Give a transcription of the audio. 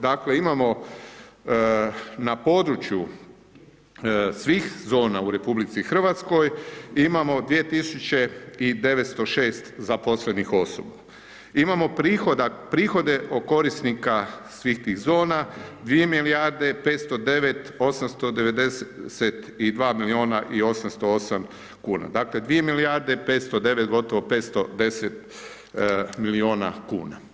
Dakle, imamo na području svih zona u Republici Hrvatskoj imamo 2906 zaposlenih osoba, imamo prihoda, prihode od korisnika svih tih zona 2 milijarde 509 892 milijuna i 808 kuna, dakle, 2 milijarde 509, gotovo 510 milijuna kuna.